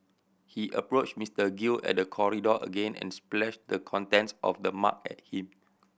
he approached Mister Gill at the corridor again and splashed the contents of the mug at him